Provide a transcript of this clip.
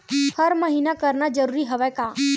हर महीना करना जरूरी हवय का?